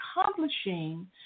accomplishing